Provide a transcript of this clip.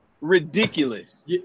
ridiculous